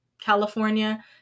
California